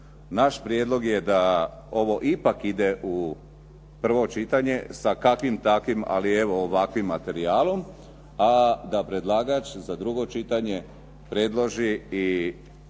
Naš prijedlog je da ovo ipak ide u prvo čitanje sa kakvim takvim ali evo ovakvim materijalom a da predlagač za drugo čitanje predloži i